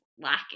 lacking